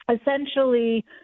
essentially